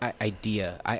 idea